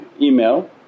email